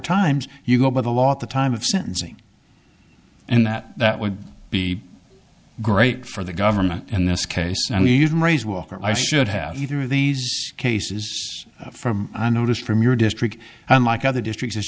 times you go by the law at the time of sentencing and that that would be great for the government in this case and we didn't raise will that i should have either of these cases from the notice from your district unlike other districts is